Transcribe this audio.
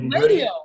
radio